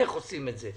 איך עושים זאת.